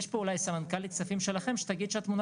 יש פה אולי סמנכ"לית כספים שלכם שתגיד שהתמונה